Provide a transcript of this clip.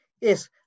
Yes